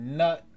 nut